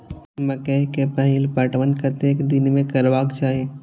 मकेय के पहिल पटवन कतेक दिन में करबाक चाही?